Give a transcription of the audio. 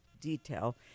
detail